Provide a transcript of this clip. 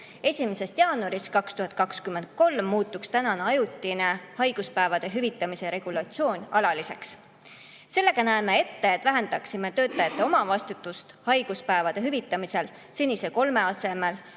1. jaanuarist 2023 muutuks ajutine haiguspäevade hüvitamise regulatsioon alaliseks. Sellega näeme ette, et väheneks töötajate omavastutus haiguspäevade hüvitamisel senise kolme asemel